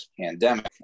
pandemic